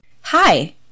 Hi